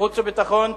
חוץ וביטחון.